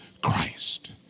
Christ